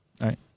Right